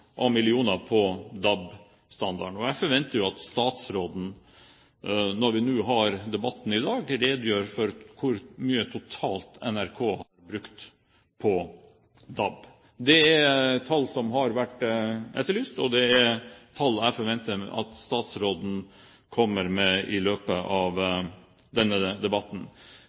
debatten i dag, redegjør for hvor mye NRK har brukt totalt på DAB. Det er et tall som har vært etterlyst, og det er et tall jeg forventer at statsråden kommer med i løpet av denne debatten.